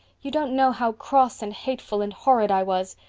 you don't know how cross and hateful and horrid i was.